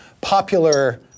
popular